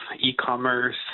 e-commerce